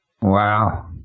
Wow